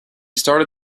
started